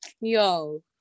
yo